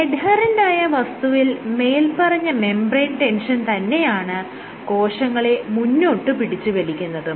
എഡ്ഹെറെന്റായ വസ്തുവിൽ മേല്പറഞ്ഞ membrane tension തന്നെയാണ് കോശങ്ങളെ മുന്നോട്ട് പിടിച്ച് വലിക്കുന്നതും